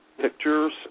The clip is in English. pictures